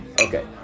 Okay